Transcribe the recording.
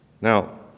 Now